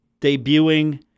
debuting